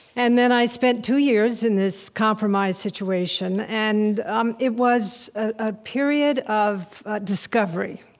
and then i spent two years in this compromised situation, and um it was a period of discovery,